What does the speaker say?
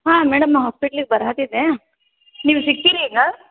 ಹಾಂ ಮೇಡಮ್ ನಾ ಹಾಸ್ಪೆಟ್ಲಿಗೆ ಬರಹತ್ತಿದೆ ನೀವು ಸಿಕ್ತೀರಾ ಈಗ